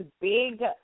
big